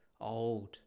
old